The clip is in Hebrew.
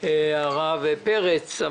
הרב פרץ,